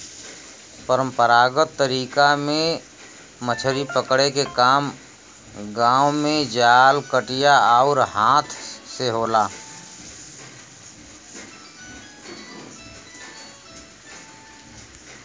परंपरागत तरीका में मछरी पकड़े के काम गांव में जाल, कटिया आउर हाथ से होला